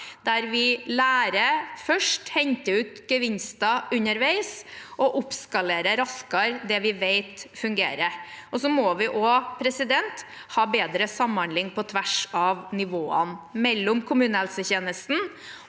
der vi lærer først, henter ut gevinster underveis og raskere oppskalerer det vi vet fungerer. Vi må også ha bedre samhandling på tvers av nivåene, mellom kommunehelsetjenesten